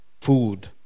food